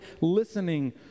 listening